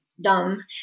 dumb